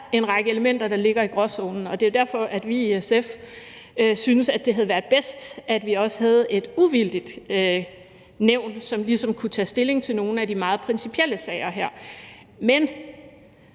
en række elementer, der ligger i gråzonen, og det er derfor, at vi i SF synes, at det havde været bedst, at vi også havde et uvildigt nævn, som ligesom kunne tage stilling til nogle af de meget principielle sager. Men